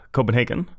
Copenhagen